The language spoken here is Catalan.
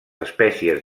espècies